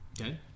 Okay